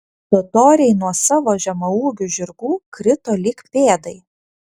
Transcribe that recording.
totoriai nuo savo žemaūgių žirgų krito lyg pėdai